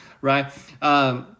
right